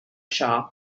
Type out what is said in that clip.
shaw